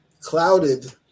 clouded